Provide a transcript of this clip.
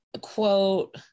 quote